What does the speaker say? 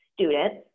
students